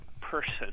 person